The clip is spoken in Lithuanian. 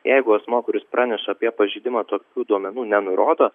jeigu asmuo kuris praneša apie pažeidimą tokių duomenų nenurodo